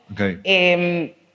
Okay